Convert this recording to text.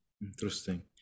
interesting